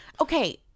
Okay